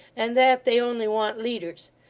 and that they only want leaders.